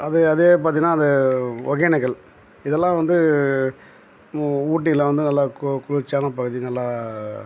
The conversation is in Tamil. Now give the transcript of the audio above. அது அதே பார்த்தினா அந்த ஒகேனக்கல் இதெலாம் வந்து ஊ ஊட்டிலாம் வந்து நல்ல கு குளிர்ச்சியான பகுதி நல்லா